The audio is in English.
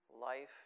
Life